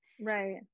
right